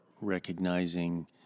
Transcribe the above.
recognizing